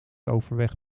overweg